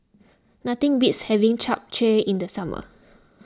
nothing beats having Chap Chai in the summer